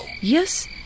Yes